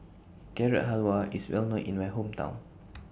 Carrot Halwa IS Well known in My Hometown